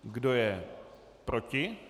Kdo je proti?